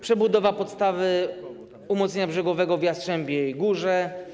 Przebudowa podstawy umocnienia brzegowego w Jastrzębiej Górze.